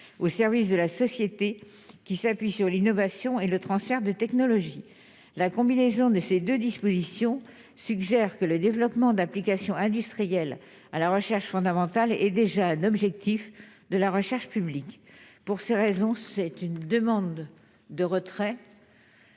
au service de la société qui s'appuie sur l'innovation et le transfert de technologies la combinaison de ces 2 dispositions suggère que le développement d'applications industrielles à la recherche fondamentale et déjà l'objectif de la recherche publique. Pour ces raisons, c'est une demande de retrait